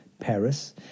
Paris